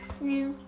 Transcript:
No